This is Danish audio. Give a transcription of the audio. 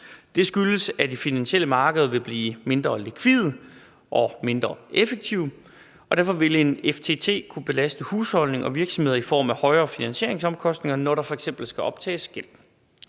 Det skyldes, at de finansielle markeder vil blive mindre likvide og mindre effektive, og derfor vil en FTT kunne belaste husholdninger og virksomheder i form af højere finansieringsomkostninger, når der f.eks. skal optages gæld.